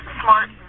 smart